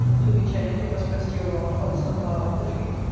to which end you must rest your rod on some bough of the tree.